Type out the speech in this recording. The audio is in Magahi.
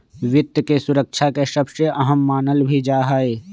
वित्त के सुरक्षा के सबसे अहम मानल भी जा हई